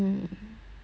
mm lor